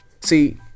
See